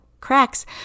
cracks